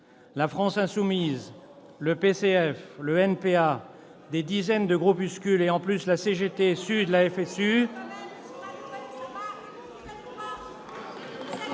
La France insoumise, le PCF, le NPA, des dizaines de groupuscules et en plus la CGT, SUD, la FSU